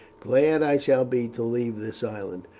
glad i shall be to leave this island,